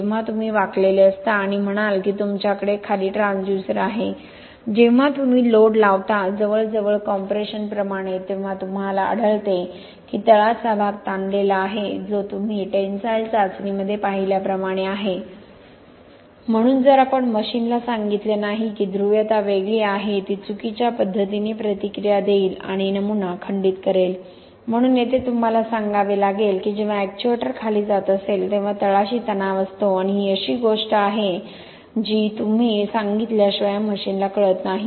जेव्हा तुम्ही वाकलेले असता आणि म्हणाल की तुमच्याकडे खाली ट्रान्सड्यूसर आहे जेव्हा तुम्ही लोड लावता जवळजवळ कॉम्प्रेशनप्रमाणे तेव्हा तुम्हाला आढळते की तळाचा भाग ताणलेला आहे जो तुम्ही टेनसाईल चाचणीमध्ये पाहिल्याप्रमाणे आहे म्हणून जर आपण मशीनला सांगितले नाही की ध्रुवीयता वेगळी आहे ती चुकीच्या पद्धतीने प्रतिक्रिया देईल आणि नमुना खंडित करेल म्हणून येथे तुम्हाला सांगावे लागेल की जेव्हा ऍक्च्युएटर खाली जात असेल तेव्हा तळाशी तणाव असतो आणि ही अशी गोष्ट आहे जी तुम्ही सांगितल्याशिवाय मशीनला कळत नाही